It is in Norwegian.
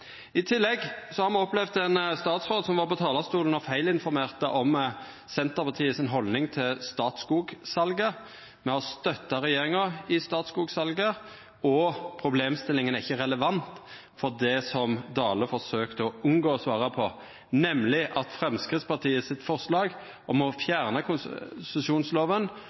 I tillegg har me opplevd ein statsråd som var på talarstolen og feilinformerte om Senterpartiets haldning til Statskog-salet. Me har støtta regjeringa i Statskog-salet, og problemstillinga er ikkje relevant for det Dale forsøkte å unngå å svara på, nemleg at Framstegspartiets forslag om å fjerna